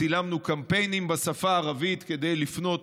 צילמנו קמפיינים בשפה הערבית כדי לפנות